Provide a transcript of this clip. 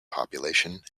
population